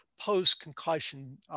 post-concussion